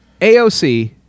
AOC